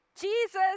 Jesus